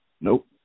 Nope